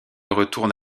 retourne